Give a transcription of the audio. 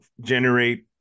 generate